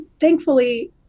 thankfully